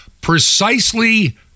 precisely